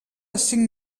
cinc